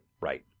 Right